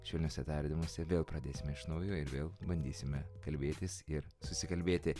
švelniuose tardymuose vėl pradėsime iš naujo ir vėl bandysime kalbėtis ir susikalbėti